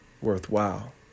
worthwhile